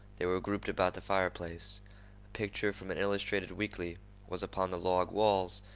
they were grouped about the fireplace. a picture from an illustrated weekly was upon the log walls,